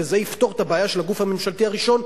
וזה יפתור את הבעיה של הגוף הממשלתי הראשון,